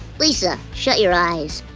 lisa, shut your eyes.